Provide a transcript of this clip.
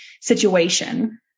situation